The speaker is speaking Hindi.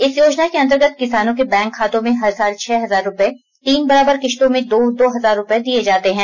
इस योजना के अंतर्गत किसानों के बैंक खातों में हर साल छह हजार रूपये तीन बराबर किष्तों में दो दो हजार रूपये दिए जाते हैं